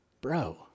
bro